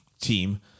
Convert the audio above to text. team